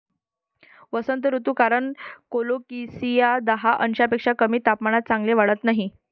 वसंत ऋतू कारण कोलोकेसिया दहा अंशांपेक्षा कमी तापमानात चांगले वाढत नाही